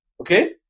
okay